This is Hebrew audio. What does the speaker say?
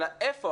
אלא איפה.